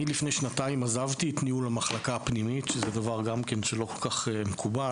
לפני שנתיים עזבתי את ניהול המחלקה הפנימית שזה גם דבר לא כל כך מקובל,